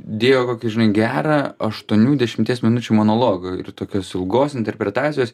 dievą kai žinai gerą aštuonių dešimties minučių monologą ir tokios ilgos interpretacijos